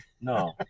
No